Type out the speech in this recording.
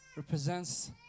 Represents